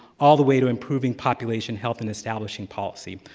all the way to improving population health and establishing policy.